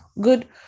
good